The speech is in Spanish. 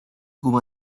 ocupa